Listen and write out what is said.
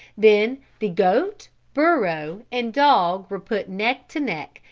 then the goat, burro, and dog were put neck to neck,